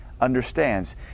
understands